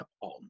on